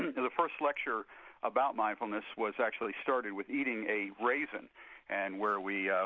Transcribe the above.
the first lecture about mindfulness was, actually started with eating a raisin and where we,